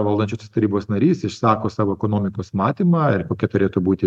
valdančiosios tarybos narys išsako savo ekonomikos matymą ir kokia turėtų būti